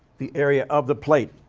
the area of the plate,